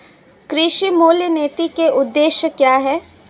कृषि मूल्य नीति के उद्देश्य क्या है?